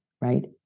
right